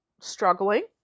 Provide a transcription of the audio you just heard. struggling